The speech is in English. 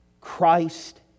Christ